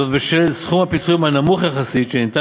בשל סכום הפיצויים הנמוך יחסית שניתן